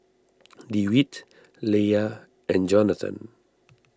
Dewitt Leia and Jonathan